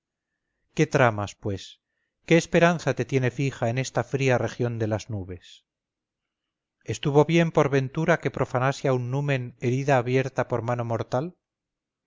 qué tramas pues qué esperanza te tiene fija en esta fría región de las nubes estuvo bien por ventura que profanase a un numen herida abierta por mano mortal